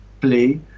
play